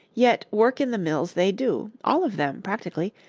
yet, work in the mills they do, all of them, practically,